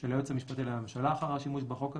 של היועץ המשפטי לממשלה אחר השימוש בחוק הזה,